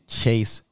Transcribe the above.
chase